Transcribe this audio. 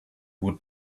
would